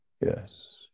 Yes